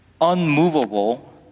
unmovable